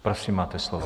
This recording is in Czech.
Prosím, máte slovo.